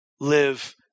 live